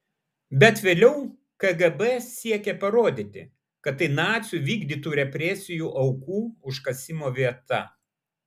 bet vėliau kgb siekė parodyti kad tai nacių vykdytų represijų aukų užkasimo vieta